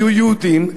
היו יהודים,